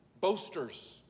boasters